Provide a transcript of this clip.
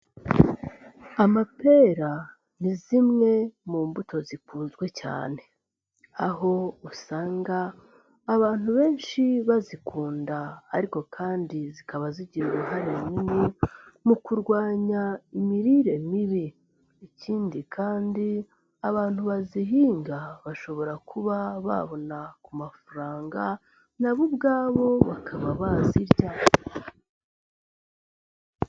Amapera ni zimwe mu mbuto zikunzwe cyane, aho usanga abantu benshi bazikunda ariko kandi zikaba zigira uruhare runini mu kurwanya imirire mibi. Ikindi kandi abantu bazihinga bashobora kuba babona ku mafaranga na bo ubwabo bakaba bazirya.